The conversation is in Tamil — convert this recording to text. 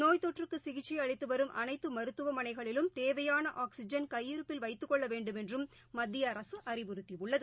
நோய் தொற்றுக்குசிகிச்சைஅளித்துவரும் அனைத்துமருத்துவமனைகளிலும் தேவையாள ஆக்ஸிஜன் கையிருப்பில் வைத்துக் கொள்ளவேண்டுமென்றும் மத்தியஅரசுஅறிவுறுத்தியுள்ளது